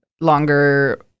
longer